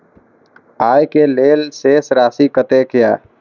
आय के लेल शेष राशि कतेक या?